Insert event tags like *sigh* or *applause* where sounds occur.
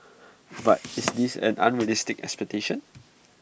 but *noise* is this an unrealistic expectation